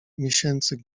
miesięcy